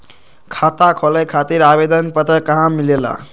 खाता खोले खातीर आवेदन पत्र कहा मिलेला?